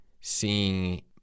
seeing